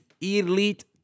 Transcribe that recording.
elite